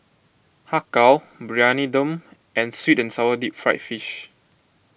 Har Kow Briyani Dum and Sweet and Sour Deep Fried Fish